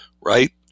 right